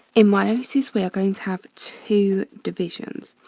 in meiosis, we are going to have two divisions.